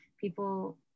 people